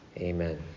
amen